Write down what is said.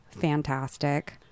Fantastic